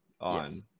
on –